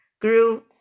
grew